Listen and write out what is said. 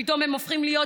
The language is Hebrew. פתאום הם הופכים להיות,